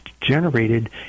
generated